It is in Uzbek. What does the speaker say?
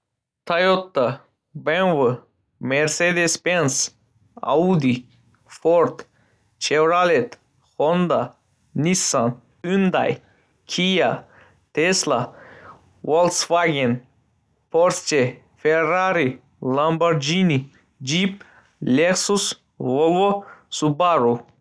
Toyota, BMW, Mercedes-Benz, Audi, Ford, Chevrolet, Honda, Nissan, Hyundai, Kia, Tesla, Volkswagen, Porsche, Ferrari, Lamborghini, Jeep, Lexus, Volvo, Subaru.